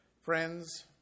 friends